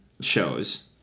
shows